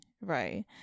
right